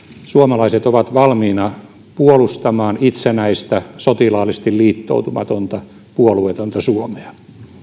suomalaiset ovat valmiina puolustamaan itsenäistä sotilaallisesti liittoutumatonta puolueetonta suomea